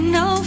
no